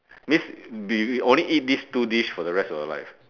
this be we only eat this two dish for the rest of your life